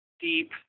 deep